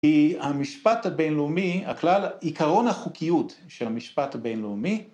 כי המשפט הבינלאומי, הכלל, עיקרון החוקיות של המשפט הבינלאומי